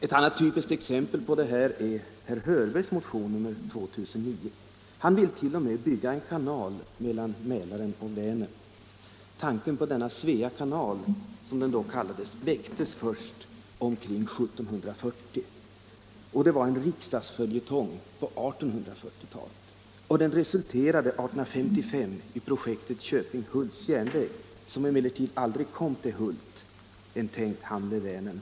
Ett annat typiskt exempel är herr Hörbergs motion nr 2009. Han vill t. 0. m. bygga en kanal mellan Mälaren och Vänern. Tanken på denna Svea kanal, som den då kallades, väcktes först omkring 1740. Den var en riksdagsföljetong på 1840-talet och resulterade 1855 i projektet Köping-Hults järnväg, som emellertid aldrig kom till Hult — en tänkt hamn vid Vänern.